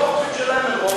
ופה חושבים שלהם אין רוב,